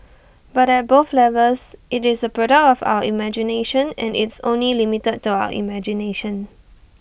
but at both levels IT is A product of our imagination and it's only limited to our imagination